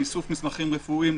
לאיסוף מסמכים רפואיים,